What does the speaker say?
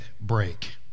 break